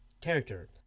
character